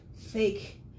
fake